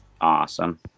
awesome